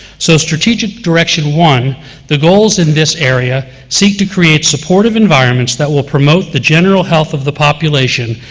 so, strategic direction one the goals in this area seek to create supportive environments that will promote the general health of the population,